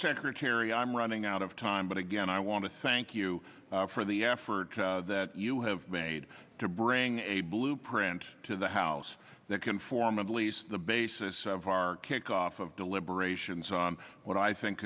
secretary i'm running out of time but again i want to thank you for the effort that you have made to bring a blueprint to the house that can form of lease the basis of our kickoff of deliberations of what i think